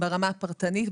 ברמה הפרטנית,